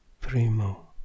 primo